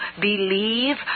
believe